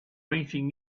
meeting